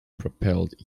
propelled